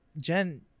jen